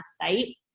site